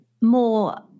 more